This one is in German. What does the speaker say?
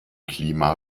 klima